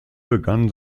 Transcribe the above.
begann